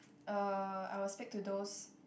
uh I will speak to those